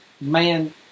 man